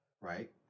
right